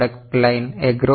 67 percent